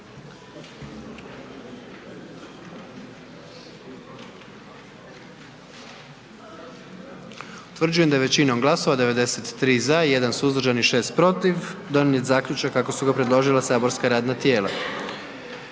Utvrđujem da je većinom glasova 99 za i 1 suzdržani donijet zaključak kako su ga predložila saborska radna tijela.